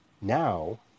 now